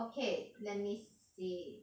okay let me see